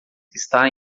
está